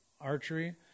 archery